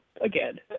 again